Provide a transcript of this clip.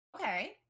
Okay